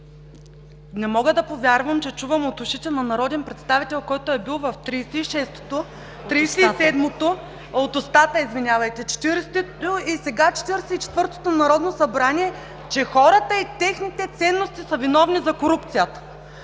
не мога да повярвам, че чувам от устата на народен представител, който е бил в 36-тото, 37-то, 40-тото и сега 44-тото Народно събрание, че хората и техните ценности са виновни за корупцията!